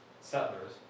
settlers